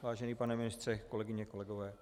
Vážený pane ministře, kolegyně, kolegové.